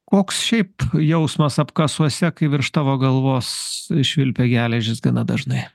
koks šiaip jausmas apkasuose kai virš tavo galvos švilpia geležys gana dažnai